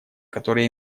которая